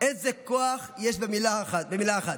איזה כוח יש במילה אחת.